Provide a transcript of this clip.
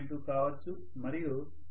2 కావచ్చు మరియు 0